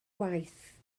waith